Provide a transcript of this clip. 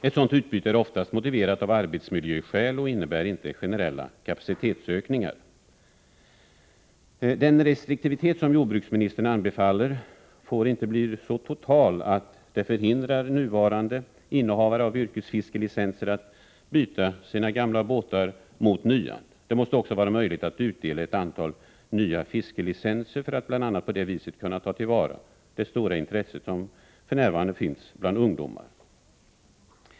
Ett sådant utbyte är oftast motiverat av arbetsmiljöskäl och innebär inte generella kapacitetsökningar. Den restriktivitet som jordbruksministern anbefaller får därför inte bli så total att nuvarande innehavare av yrkesfiskelicenser förhindras att byta sina gamla båtar mot nya. Det måste också vara möjligt att utdela ett antal nya fiskelicenser för att bl.a. på det viset kunna ta till vara det stora intresse som för närvarande finns bland ungdomar.